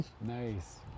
Nice